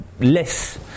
less